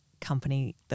company